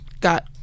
got